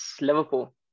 Liverpool